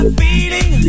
feeling